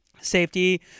safety